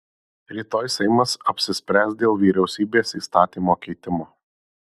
rytoj seimas apsispręs dėl vyriausybės įstatymo keitimo